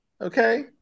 okay